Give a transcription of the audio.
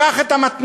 קח את המתנ"סים,